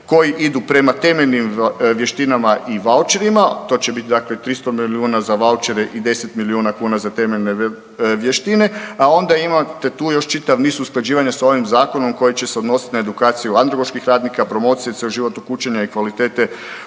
koji idu prema temeljnim vještinama i vaučerima. To će bit dakle 300 milijuna za vaučere i 10 milijuna kuna za temeljne vještine, a onda imate tu još čitav niz usklađivanja s ovim zakonom koji će se odnositi na edukaciju androloških radnika, promociju …/Govornik se ne razumije/…i kvalitete ustanova